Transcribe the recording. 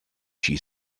she